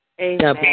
Amen